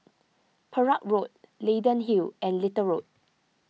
Perak Road Leyden Hill and Little Road